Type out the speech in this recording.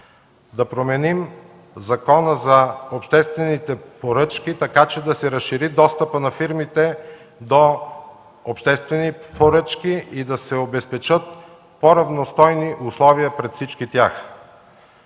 Да променим Закона за обществените поръчки, така че да се разшири достъпът на фирмите до обществени поръчки и да се обезпечат по-равностойни условия пред всички тях.